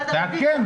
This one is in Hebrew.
תעדכן.